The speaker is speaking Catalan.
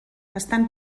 estan